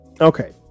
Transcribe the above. okay